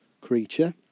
creature